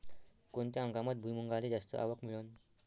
कोनत्या हंगामात भुईमुंगाले जास्त आवक मिळन?